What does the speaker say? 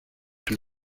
and